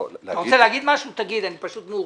אתה רוצה להגיד משהו תגיד, פשוט מאוחר.